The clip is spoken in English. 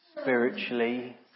spiritually